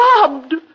Robbed